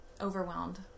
overwhelmed